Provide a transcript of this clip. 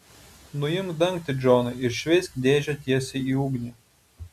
nuimk dangtį džonai ir šveisk dėžę tiesiai į ugnį